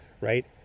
right